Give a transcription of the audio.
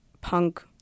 punk